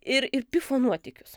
ir ir pifo nuotykius